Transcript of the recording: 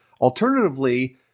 Alternatively